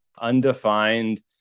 undefined